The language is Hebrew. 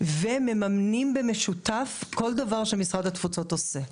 ומממנים במשותף כל דבר שמשרד התפוצות עושה.